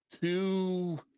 two